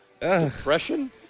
Depression